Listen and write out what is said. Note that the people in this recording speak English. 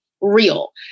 real